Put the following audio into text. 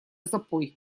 запой